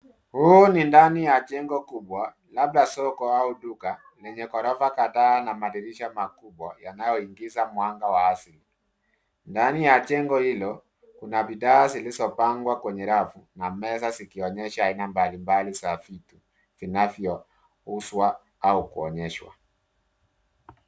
Huu ni ndani ya jengo kubwa, labda soko au duka lenye ghorofa kadhaa na madirisha makubwa yanayoingiza mwanga wa asili. Ndani ya jengo hilo, kuna bidhaa zilizopangwa kwenye rafu na meza, zikionyesha aina mbalimbali za vitu vinavyo uzwa au kuonyeshwa.